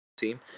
team